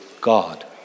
God